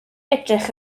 edrych